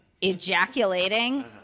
ejaculating